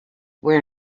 where